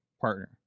partner